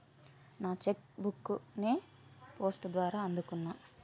నా cheque book ని post ద్వారా అందుకున్నా